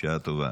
בשעה טובה.